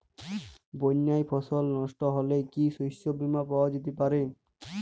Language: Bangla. বন্যায় ফসল নস্ট হলে কি শস্য বীমা পাওয়া যেতে পারে?